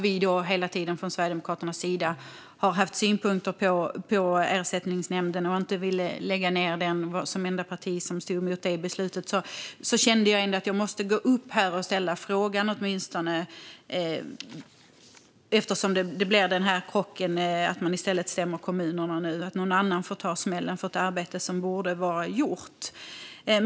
Vi har hela tiden från Sverigedemokraternas sida haft synpunkter på Ersättningsnämnden och ville inte lägga ned den. Vi var det enda parti som gick emot det beslutet. Jag ville gå upp och ställa den här frågan, eftersom det blev en chock att man i stället stämmer kommunerna nu och någon annan får ta smällen för ett arbete som borde vara gjort.